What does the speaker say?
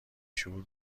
شعور